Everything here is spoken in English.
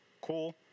Cool